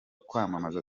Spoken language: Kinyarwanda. kwamamaza